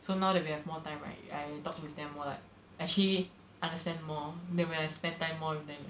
so now that we have more time right I talk with them or like actually understand more then I spend time more with them